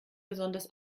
besonders